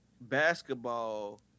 basketball